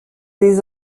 des